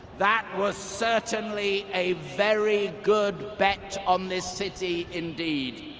that was certainly a very good bet on this city, indeed.